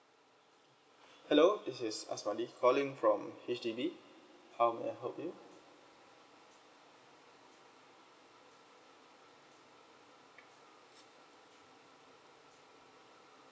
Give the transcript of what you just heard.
hello this is asmadi calling from H_D_B how may I help you